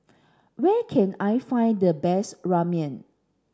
where can I find the best Ramen